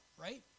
right